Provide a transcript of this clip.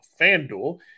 FanDuel